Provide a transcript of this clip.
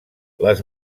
les